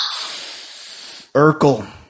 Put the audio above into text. Urkel